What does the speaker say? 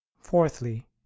fourthly